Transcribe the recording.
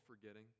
forgetting